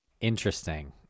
Interesting